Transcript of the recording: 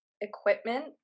equipment